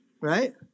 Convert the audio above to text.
right